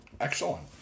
Excellent